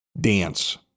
dance